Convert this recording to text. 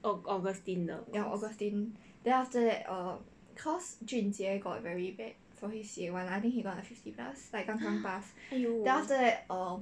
ya augustine then after that err cause jun jie got very bad for his C_A one I think he got fifty plus like 刚刚 pass then after that err